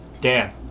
Dan